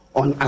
on